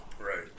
Right